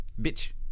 Bitch